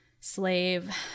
slave